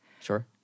Sure